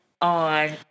on